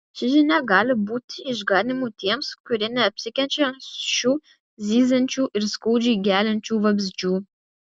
ši žinia gali būti išganymu tiems kurie neapsikenčia šių zyziančių ir skaudžiai geliančių vabzdžių